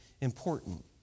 important